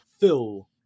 fill